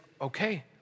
okay